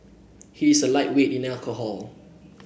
he is a lightweight in alcohol